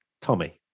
Tommy